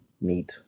meet